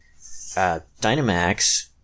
Dynamax